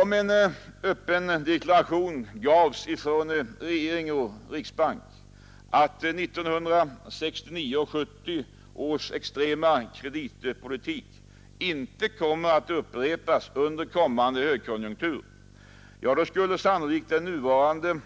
Om en öppen deklaration gavs från regeringen och riksbanken att 1969 och 1970 års extrema kreditpolitik inte kommer att upprepas under väntad högkonjunktur, skulle sannolikt den nuvarande